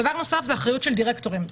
דבר נוסף זה האחריות של דירקטורים.